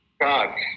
God